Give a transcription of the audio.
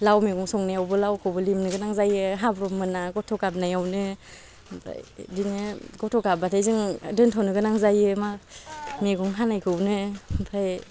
लाव मेगं संनायावबो लावखौबो लिमनो गोनां जायो हाब्रब मोना गथ' गाबनायावनो ओमफ्राय इदिनो गथ' गाब्बाथाइ जों दोन्थ'नो गोनां जायो मा मेगं हानायखौनो ओमफाय